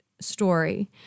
story